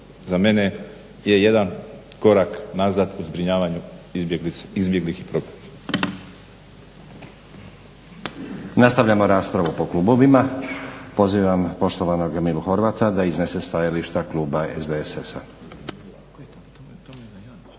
za mene je jedan korak nazad u zbrinjavanju izbjeglih i prognanih.